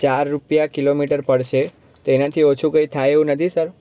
ચાર રૂપિયા કિલોમીટર પડશે તો એનાથી ઓછું કંઈ થાય એવું નથી સર